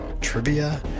trivia